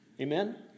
Amen